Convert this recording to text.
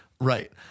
Right